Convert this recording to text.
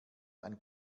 ein